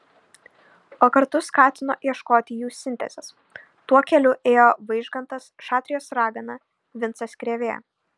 o kartu skatino ieškoti jų sintezės tuo keliu ėjo vaižgantas šatrijos ragana vincas krėvė